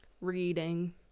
reading